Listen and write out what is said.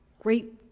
great